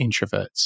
introverts